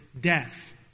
death